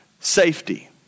Safety